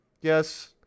Yes